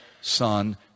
Son